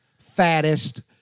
Fattest